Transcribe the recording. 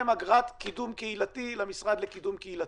אגרת קידום קהילתי למשרד לקידום קהילתי,